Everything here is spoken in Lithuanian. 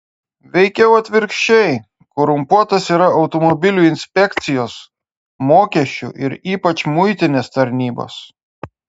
veikiau atvirkščiai korumpuotos yra automobilių inspekcijos mokesčių ir ypač muitinės tarnybos